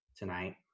Tonight